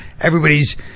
everybody's